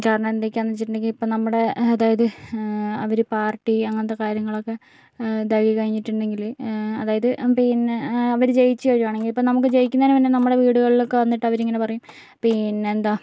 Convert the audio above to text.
കാരണം എന്തൊക്കെയാണെന്നുവെച്ചിട്ടുണ്ടെങ്കിൽ ഇപ്പോൾ നമ്മുടെ അതായത് അവർ പാർട്ടി അങ്ങനത്തെ കാര്യങ്ങളൊക്കെ ഇതാക്കി കഴിഞ്ഞിട്ടുണ്ടെങ്കിൽ അതായത് പിന്നെ അവർ ജയിച്ചു കഴിയുകയാണെങ്കിൽ ഇപ്പോൾ ജയിക്കുന്നതിനു മുൻപേ നമ്മുടെ വീടുകളിലൊക്കെ വന്നിട്ടവരിങ്ങനെ പറയും പിന്നെന്താ